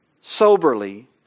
soberly